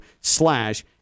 slash